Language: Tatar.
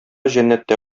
җәннәттә